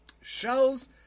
shells